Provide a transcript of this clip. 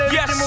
Yes